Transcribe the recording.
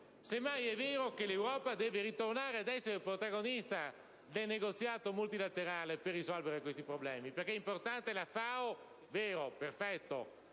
Semmai, è vero che l'Europa deve tornare ad essere protagonista del negoziato multilaterale per risolvere questi problemi. È vero che la FAO è importante,